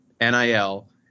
NIL